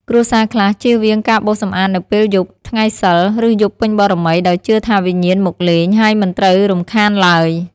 គ្រួសារខ្លះជៀសវាងការបោសសម្អាតនៅយប់ថ្ងៃសីល ឬយប់ពេញបូណ៌មី ដោយជឿថាវិញ្ញាណមកលេង ហើយមិនត្រូវរំខានឡើយ។